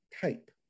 type